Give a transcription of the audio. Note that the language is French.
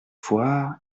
foire